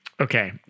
Okay